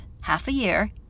half-a-year